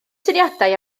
syniadau